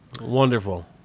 Wonderful